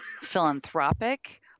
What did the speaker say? philanthropic